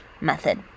method